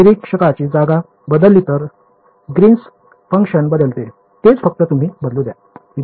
निरीक्षकाची जागा बदलली तरच ग्रीन्स फंकशन बदलते तेच फक्त तुम्ही बदलू द्या